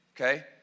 Okay